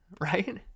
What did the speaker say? Right